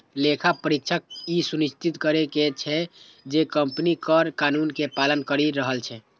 लेखा परीक्षक ई सुनिश्चित करै छै, जे कंपनी कर कानून के पालन करि रहल छै